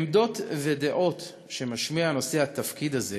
עמדות ודעות שמשמיע נושא התפקיד הזה